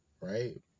Right